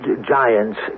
giants